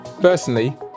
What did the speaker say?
Personally